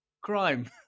crime